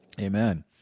Amen